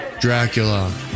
Dracula